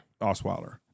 Osweiler